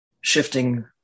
shifting